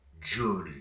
Journey